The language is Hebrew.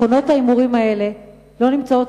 מכונות ההימורים האלה לא נמצאות,